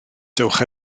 dowch